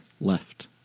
left